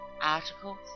articles